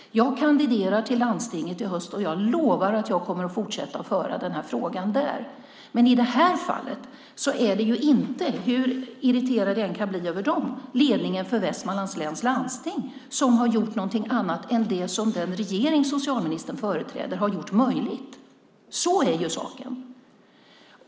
Jag kandiderar till landstinget i höst, och jag lovar att jag kommer att fortsätta föra frågan där. Men i det här fallet är det inte ledningen för Västmanlands läns landsting - hur irriterad jag än kan bli över den - som har gjort någonting annat än det som den regering socialministern företräder har gjort möjligt. Så är saken.